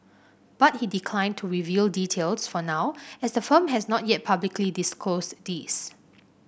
but he declined to reveal details for now as the firm has not yet publicly disclosed these